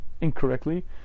incorrectly